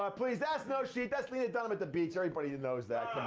but please, that's no sheep, that's lena dunham at the beach, everybody knows that,